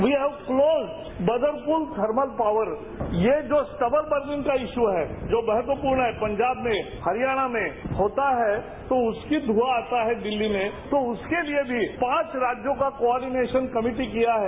we have closed Badarpur thermal power ये जो stubble burning का इश्यू है जो महत्वपूर्ण है पंजाब में हरियाणा में होता है तो उसकी ध्यंआ आता है दिल्ली में तो उसके लिए भी पांच राज्यों का को ओर्डिनेशन कमेटी किया है